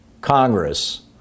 Congress